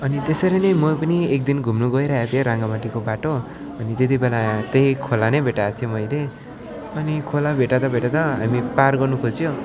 अनि त्यसरी नै म पनि एक दिन घुम्नु गइरहेको थिएँ राङ्गामाटीको बाटो अनि त्यति बेला त्यही खोला नै भेट्टाएको थियो मैले अनि खोला भेट्टाउँदा भेट्टाउँदा हामी पार गर्नु खोज्यौँ